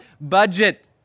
budget